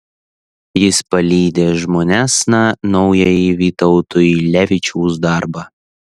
jis palydi žmonėsna naująjį vytauto ylevičiaus darbą